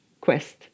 quest